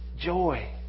joy